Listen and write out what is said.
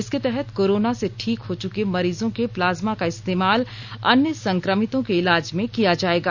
इसके तहत कोरोना से ठीक हो चुके मरीजों के प्लाज्मा का इस्तेमाल अन्य संक्रमितों के इलाज में किया जाएगा